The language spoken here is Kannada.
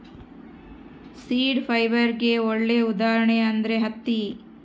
ಸೀಡ್ ಫೈಬರ್ಗೆ ಒಳ್ಳೆ ಉದಾಹರಣೆ ಅಂದ್ರೆ ಹತ್ತಿ